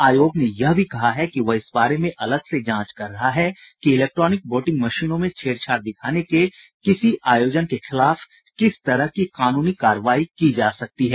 आयोग ने यह भी कहा कि वह इस बारे में अलग से जांच कर रहा है कि इलेक्ट्रॉनिक वोटिंग मशीनों में छेड़छाड़ दिखाने के किसी आयोजन के खिलाफ किस तरह की कानूनी कार्रवाई की जा सकती है